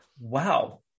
Wow